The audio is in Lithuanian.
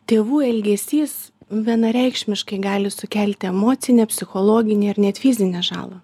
tėvų elgesys vienareikšmiškai gali sukelti emocinę psichologinę ar net fizinę žalą